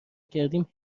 کردیم